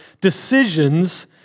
decisions